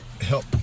help